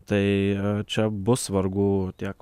tai čia bus vargų tiek